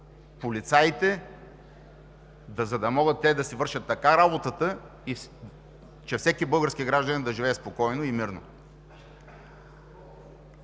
полицаите, за да могат да си вършат така работата, че всеки български гражданин да живее спокойно и мирно.